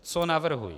Co navrhuji?